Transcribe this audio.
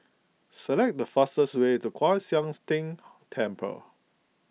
select the fastest way to Kwan Siang's Tng Temple